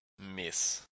Miss